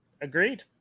Agreed